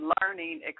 learning